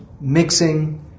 mixing